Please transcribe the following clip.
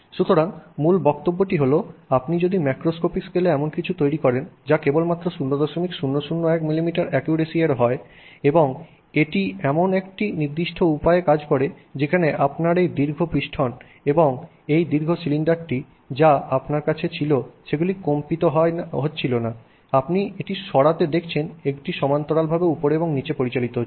সুতরাং মুল বক্তব্যটি হল আপনি যদি ম্যাক্রোস্কোপিক স্কেলে এমন কিছু তৈরি করেন যা কেবলমাত্র 0001 মিলিমিটার অ্যাকুরেসি এর হয় এবং এটি এমন একটি নির্দিষ্ট উপায়ে কাজ করে যেখানে আপনার এই দীর্ঘ পিস্টন এবং এই দীর্ঘ সিলিন্ডারটি যা আপনার কাছে ছিল সেগুলি কম্পিত হচ্ছিল না আপনি এটি সরাতে দেখেছেন এটি সমান্তরালভাবে উপরে এবং নিচে পরিচালিত হচ্ছে